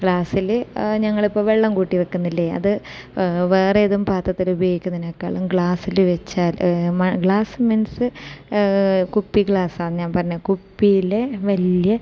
ഗ്ലാസ്സിൽ ഞങ്ങളിപ്പം വെള്ളം കൂട്ടി വയ്ക്കുന്നില്ലേ അത് വേറേതും പാത്രത്തിൽ ഉപയോഗിക്കുന്നതിനേക്കാളും ഗ്ലാസ്സിൽ വെച്ചാൽ മൺ ഗ്ലാസ്സ് മീൻസ് കുപ്പി ഗ്ലാസ്സ് ആണ് ഞാൻ പറഞ്ഞത് കുപ്പിയിലെ വലിയ